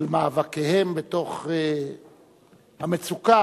על מאבקיהם בתוך המצוקה